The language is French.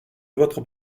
votre